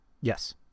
Yes